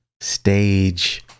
stage